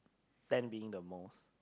ten being the most